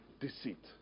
deceit